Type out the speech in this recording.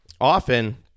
often